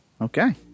okay